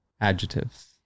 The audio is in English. Adjectives